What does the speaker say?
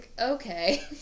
okay